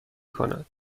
کند